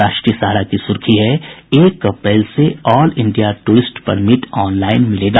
राष्ट्रीय सहारा की सुर्खी है एक अप्रैल से ऑल इंडिया टूरिस्ट परमिट मिलेगा ऑनलाईन मिलेगा